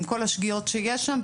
עם כל השגיאות שיש שם,